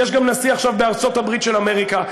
יש נשיא עכשיו בארצות-הברית של אמריקה,